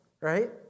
right